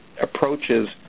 approaches